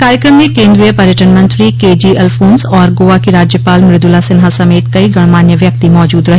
कार्यक्रम में केन्द्रीय पर्यटन मंत्री केजी अल्फोंस और गोआ की राज्यपाल मृदुला सिन्हा समेत कई गणमान्य व्यक्ति मौजूद रहे